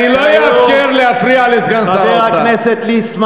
אני לא אאפשר להפריע לסגן שר האוצר.